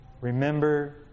Remember